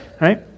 right